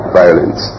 violence